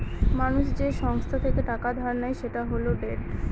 মানুষ যে সংস্থা থেকে টাকা ধার নেয় সেটা হল ডেট